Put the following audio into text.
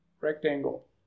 Rectangle